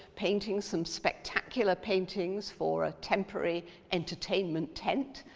painting some spectacular paintings for a temporary entertainment tent.